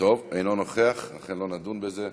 לכן לא נדון בזה.